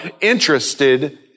interested